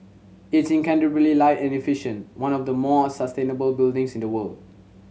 it's incredibly light and efficient one of the more sustainable buildings in the world